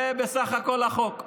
זה בסך הכול החוק.